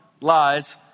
lies